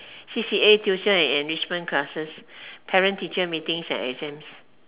C_C_A tuition and enrichment classes parent teacher meetings and exams